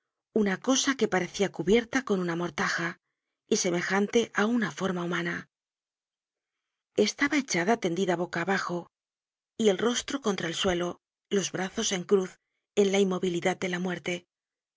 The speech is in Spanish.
una cosa que parecía cubierta con una mortaja y semejante á una forma humana estaba echada estendida boca atajo el rostro contra el suelo los brazos en cruz en la inmovilidad de la muerte